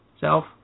self